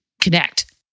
connect